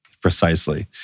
Precisely